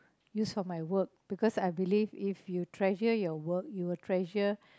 use on my work because I believe if you treasure your work you will treasure